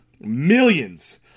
Millions